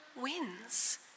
wins